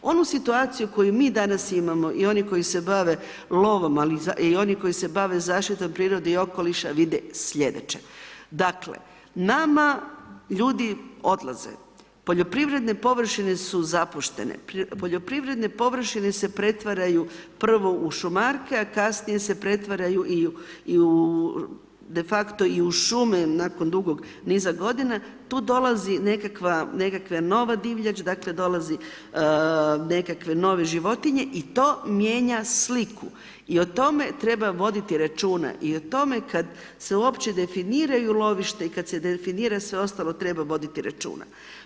Onu situaciju koju mi danas imamo, i oni koji se bave lovom i oni koji se bave zaštitom prirode i okoliša vide sljedeće, dakle, nama ljudi odlaze, poljoprivredne površine su zapuštene, poljoprivredne površine se pretvaraju prvo u šumarke, a kasnije se pretvaraju i u de facto i u šume nakon dugog niza godina, tu dolazi nekakva nova divljač, dakle dolazi nekakve nove životinje i to mijenja sliku i o tome treba voditi računa i o tome kad se uopće definiraju lovišta i kad se definira sve ostalo treba voditi računa.